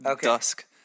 dusk